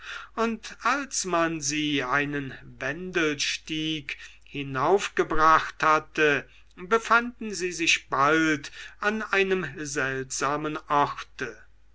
und als man sie einen wendelstieg hinaufgebracht hatte befanden sie sich bald an einem seltsamen orte